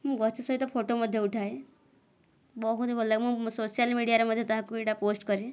ମୁଁ ଗଛ ସହିତ ଫୋଟୋ ମଧ୍ୟ ଉଠାଏ ବହୁତ ଭଲ ଲାଗେ ମୁଁ ସୋସିଆଲ ମିଡ଼ିଆରେ ମଧ୍ୟ ତାହାକୁ ଏଇଟା ପୋଷ୍ଟ କରେ